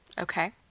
Okay